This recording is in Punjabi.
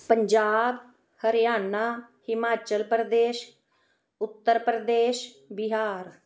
ਪੰਜਾਬ ਹਰਿਆਣਾ ਹਿਮਾਚਲ ਪ੍ਰਦੇਸ਼ ਉੱਤਰ ਪ੍ਰਦੇਸ਼ ਬਿਹਾਰ